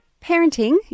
Parenting